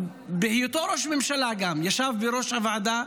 ובהיותו ראש ממשלה גם ישב בראש הוועדה,